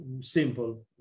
simple